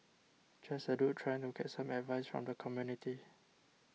just a dude trying to get some advice from the community